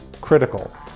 critical